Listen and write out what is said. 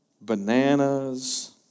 Bananas